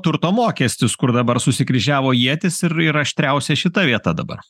turto mokestis kur dabar susikryžiavo ietys ir ir aštriausia šita vieta dabar